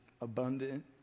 abundant